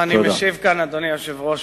אדוני היושב-ראש,